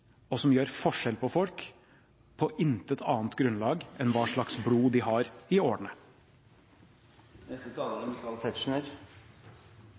og som gjør forskjell på folk på intet annet grunnlag enn hva slags blod de har i